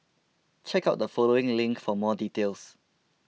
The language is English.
check out the following link for more details